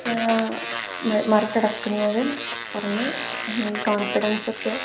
മറികടക്കുന്നത് കുറേ കോൺഫിഡൻസൊക്കെ